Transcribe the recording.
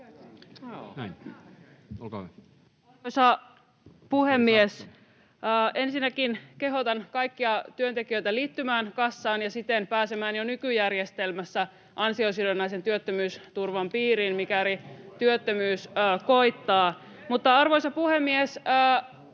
Arvoisa puhemies! Ensinnäkin kehotan kaikkia työntekijöitä liittymään kassaan ja siten pääsemään jo nykyjärjestelmässä ansiosidonnaisen työttömyysturvan piiriin, mikäli työttömyys koittaa. [Oikealta: